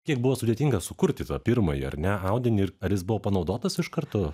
kiek buvo sudėtinga sukurti tą pirmąjį ar ne audinį ir ar jis buvo panaudotas iš karto